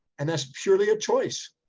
and that's purely a choice.